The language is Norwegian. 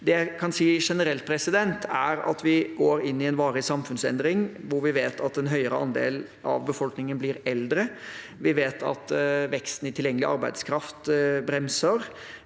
Det jeg kan si generelt, er at vi går inn i en varig samfunnsendring hvor vi vet at en høyere andel av befolkningen blir eldre. Vi vet at veksten i tilgjengelig arbeidskraft bremser